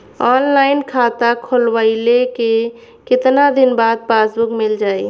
Online खाता खोलवईले के कितना दिन बाद पासबुक मील जाई?